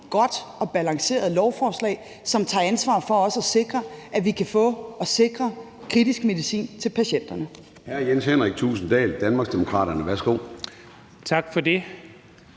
godt og balanceret lovforslag, som tager ansvar for at sikre, at vi kan få og sikre kritisk medicin til patienterne.